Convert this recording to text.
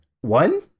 One